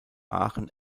aachen